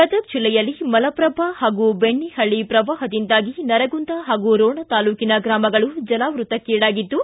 ಗದಗ ಜಿಲ್ಲೆಯಲ್ಲಿ ಮಲಪ್ರಭಾ ಹಾಗೂ ಬೆಣ್ಣಿಹಳ್ಳ ಪ್ರವಾಹದಿಂದಾಗಿ ನರಗುಂದ ಹಾಗೂ ರೋಣ ತಾಲೂಕಿನ ಗ್ರಾಮಗಳು ಜಲಾವೃತಕ್ಕಿಡಾಗಿದ್ದು